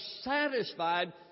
satisfied